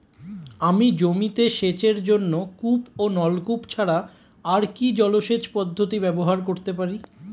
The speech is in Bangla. আমি জমিতে সেচের জন্য কূপ ও নলকূপ ছাড়া আর কি জলসেচ পদ্ধতি ব্যবহার করতে পারি?